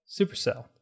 Supercell